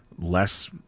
less